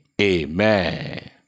amen